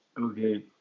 Okay